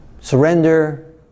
surrender